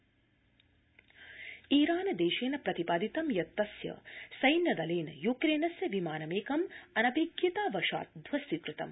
ईरान विमानम् ईरान देशेन प्रतिपादितं यत् तस्य सैन्य दलेन युक्रेनस्य विमानमेकं अनभिज्ञतावशात् ध्वस्ती कृतम्